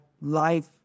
life